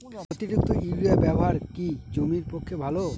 অতিরিক্ত ইউরিয়া ব্যবহার কি জমির পক্ষে ভালো?